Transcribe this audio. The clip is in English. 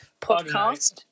podcast